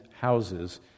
houses